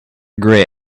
grey